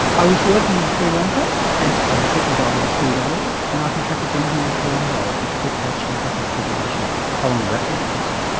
i was working in sri lanka and i was bitten by a mosquito and i contracted dengue in colombo, which put the heart straight back into fibrillation. how long did that take to fix um